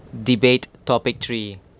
debate topic three